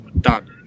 done